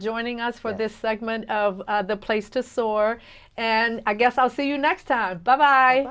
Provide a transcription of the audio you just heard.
joining us for this segment of the place to soar and i guess i'll see you next time b